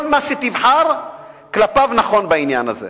כל מה שתבחר כלפיו נכון בעניין הזה.